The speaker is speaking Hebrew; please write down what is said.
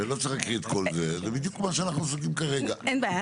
האם הייתי?